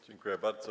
Dziękuję bardzo.